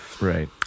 right